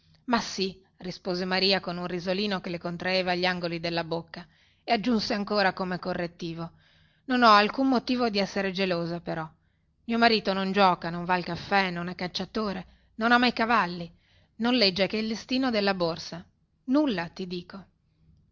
ma sì rispose maria con un risolino che le contraeva gli angoli della bocca e aggiunse ancora come correttivo non ho alcun motivo di esser gelosa però mio marito non giuoca non va al caffè non è cacciatore non ama i cavalli non legge che il listino della borsa nulla ti dico